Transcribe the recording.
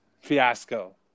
fiasco